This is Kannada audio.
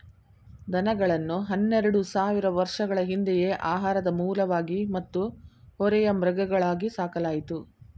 ದನಗಳನ್ನು ಹನ್ನೆರೆಡು ಸಾವಿರ ವರ್ಷಗಳ ಹಿಂದೆಯೇ ಆಹಾರದ ಮೂಲವಾಗಿ ಮತ್ತು ಹೊರೆಯ ಮೃಗಗಳಾಗಿ ಸಾಕಲಾಯಿತು